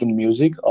music